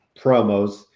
promos